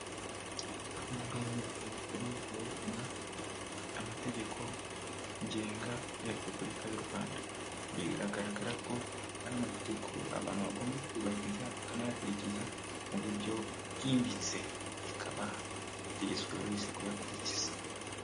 Uru nguru ni urupapuro rwerekana amategeko ngenga ya repubulika y'u Rwanda. Bigaragara y'uko ari amategeko abantu bagomba kubahiriza bakanayakurikiza mu buryo bwimbitse, bikaba ategetswe buri wese kuyakurikiza.